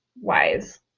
wise